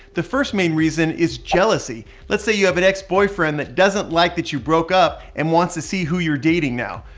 the first main reason is jealousy. let's say you have an ex boyfriend that doesn't like that you broke up and wants to see who you're dating now.